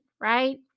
right